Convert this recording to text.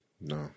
No